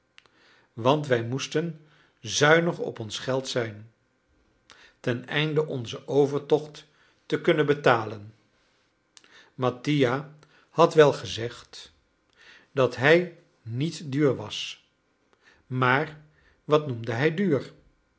want wij moesten zuinig op ons geld zijn teneinde onzen overtocht te kunnen betalen mattia had wel gezegd dat hij niet duur was maar wat noemde hij duur